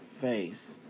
face